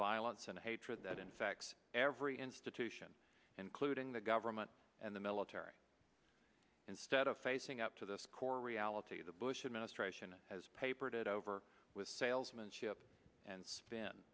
violence and hatred that infects every institution including the government and the military instead of facing up to this core reality the bush administration has papered it over with salesmanship and spin